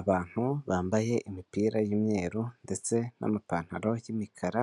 Abantu bambaye imipira y'umweru ndetse n'amapantaro y'imikara,